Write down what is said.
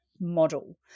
model